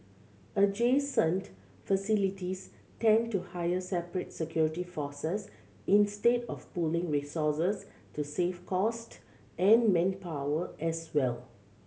adjacent facilities tend to hire separate security forces instead of pooling resources to save cost and manpower as well